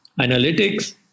analytics